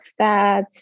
stats